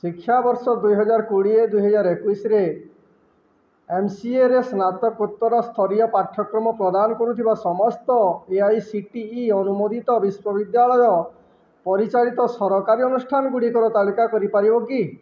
ଶିକ୍ଷାବର୍ଷ ଦୁଇହଜାର କୋଡ଼ିଏ ଦୁଇହଜାର ଏକୋଇଶରେ ଏମ୍ସିଏରେ ସ୍ନାତକୋତ୍ତର ସ୍ତରୀୟ ପାଠ୍ୟକ୍ରମ ପ୍ରଦାନ କରୁଥିବା ସମସ୍ତ A I C T E ଅନୁମୋଦିତ ବିଶ୍ୱବିଦ୍ୟାଳୟ ପରିଚାଳିତ ସରକାରୀ ଅନୁଷ୍ଠାନ ଗୁଡ଼ିକର ତାଲିକା କରିପାରିବ କି